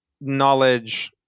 knowledge